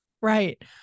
Right